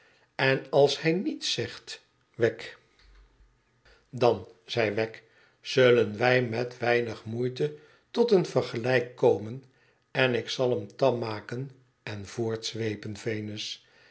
en als hij niets zegt wegg vriend dan zeiwegg zullen wij met weinig moeite tot een vergelijk komen en ik zal hem tam maken en voortzweepen venus